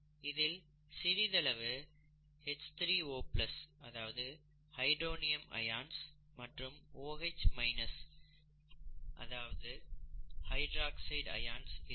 இதில் சிறிதளவு H3O hydronium அயனியாகவும் OH ஹைட்ராக்சைடு அயனியாகவும் இருக்கும்